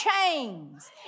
chains